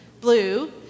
blue